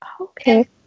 Okay